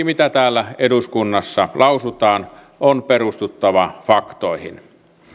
mitä täällä eduskunnassa lausutaan on perustuttava faktoihin